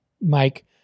Mike